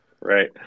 Right